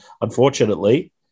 unfortunately